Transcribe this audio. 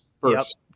first